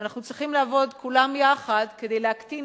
ואנחנו צריכים לעבוד כולם יחד כדי להקטין